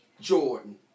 Jordan